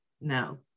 no